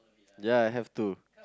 ya I have to